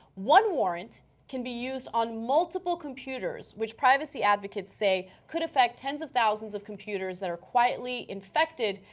one warrants can be used on multiple computers, which privacy advocates say could affect tens of thousands of computers that are quietly infected,